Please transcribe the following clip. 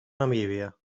namíbia